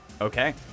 Okay